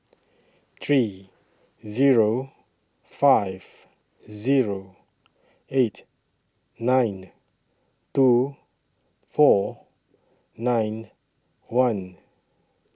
three Zero five Zero eight nine two four nine one